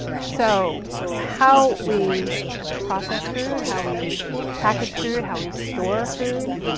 so how we process food, how we package food, how we store food,